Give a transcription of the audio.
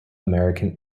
american